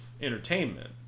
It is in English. entertainment